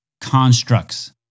constructs